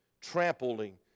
Trampling